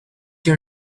your